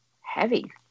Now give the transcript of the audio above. heavy